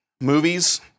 movies